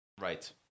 Right